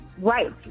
right